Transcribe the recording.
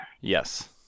Yes